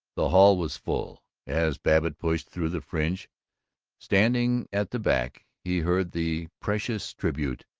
the hall was full. as babbitt pushed through the fringe standing at the back, he heard the precious tribute,